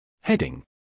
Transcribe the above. Heading